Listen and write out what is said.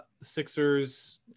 Sixers